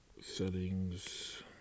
Settings